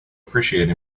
appreciate